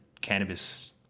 cannabis